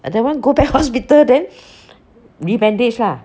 that [one] go back hospital then new bandage lah